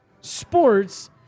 sports